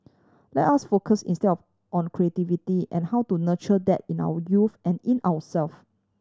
let us focus instead on creativity and how to nurture that in our youth and in ourselves